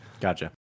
Gotcha